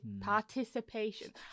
participation